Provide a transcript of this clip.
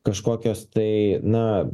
kažkokios tai na